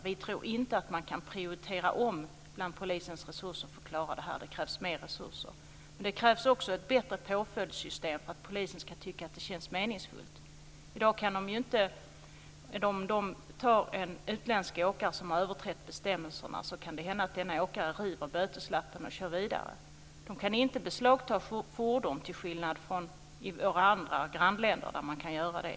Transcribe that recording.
Vi tror inte att man kan prioritera om bland polisens resurser för att klara detta - det krävs mer resurser. Men det krävs som sagt också ett bättre påföljdssystem för att polisen ska tycka att det känns meningsfullt. I dag kan polisen ta en utländsk åkare som har överträtt bestämmelserna, och det kan då hända att denne åkare river böteslappen och kör vidare. Polisen kan inte beslagta fordon, till skillnad från i våra grannländer där man kan göra det.